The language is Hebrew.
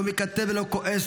לא מקטר ולא כועס,